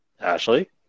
Ashley